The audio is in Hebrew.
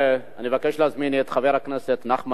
אני מבקש להזמין את חבר הכנסת נחמן שי,